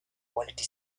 quality